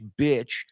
bitch